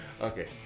Okay